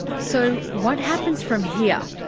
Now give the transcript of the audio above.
so what happens from here?